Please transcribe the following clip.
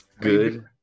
good